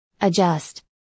Adjust